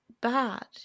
bad